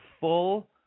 full